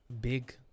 Big